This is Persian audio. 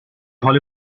حال